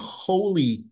holy